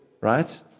right